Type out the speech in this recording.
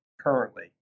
currently